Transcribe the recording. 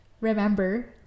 Remember